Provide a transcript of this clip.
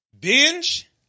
Binge